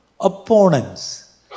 Opponents